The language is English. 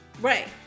Right